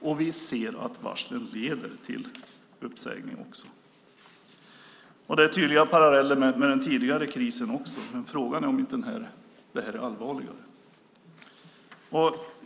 Vi ser också att varslen leder till uppsägning. Det är tydliga paralleller till den tidigare krisen, men frågan är om inte det här är allvarligare.